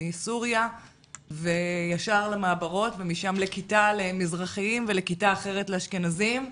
מסוריה ישר למעברות ומשם לכיתה למזרחיים ולכיתה אחרת לאשכנזים,